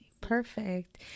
Perfect